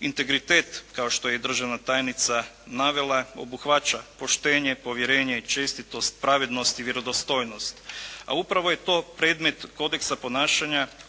Integritet kao što je državna tajnica navela obuhvaća poštenje, povjerenje i čestitost, pravednost i vjerodostojnost, a upravo je to predmet kodeksa ponašanja koji